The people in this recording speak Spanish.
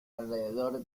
alrededor